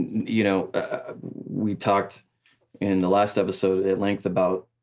you know ah we talked in the last episode at length about